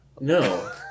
No